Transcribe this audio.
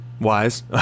Wise